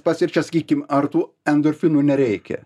pats ir čia sakykim ar tų endorfinų nereikia